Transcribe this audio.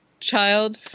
child